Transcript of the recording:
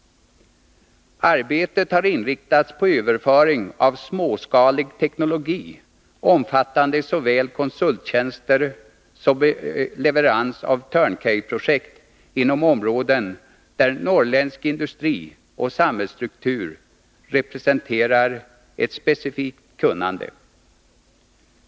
Arbetet har inriktats på överföring av småskalig teknologi omfattande såväl konsulttjänster som leverans av turn-key-projekt inom områden där norrländsk industri och samhällsstruktur representerar ett specifikt kunnande.